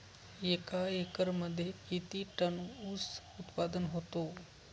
एका एकरमध्ये किती टन ऊस उत्पादन होतो?